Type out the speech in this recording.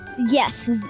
Yes